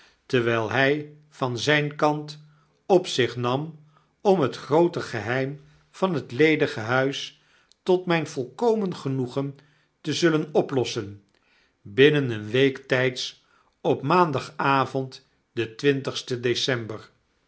terwijl hy van zijn kant op zich nam om het groote geheim van het ledige huis tot myn volkomen genoegen te zullen oplossen binnen eene week tijds op maandagavond den twintigsten december